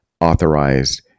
authorized